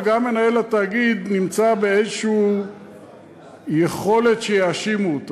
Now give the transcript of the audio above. אבל גם מנהל התאגיד נמצא באיזו יכולת שיאשימו אותו.